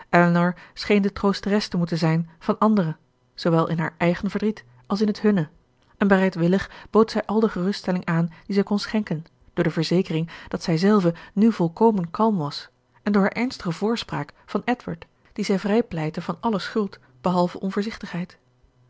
scheen de troosteres te moeten zijn van anderen zoowel in haar eigen verdriet als in het hunne en bereidwillig bood zij al de geruststelling aan die zij kon schenken door de verzekering dat zij zelve nu volkomen kalm was en door haar ernstige voorspraak van edward dien zij vrijpleitte van alle schuld behalve onvoorzichtigheid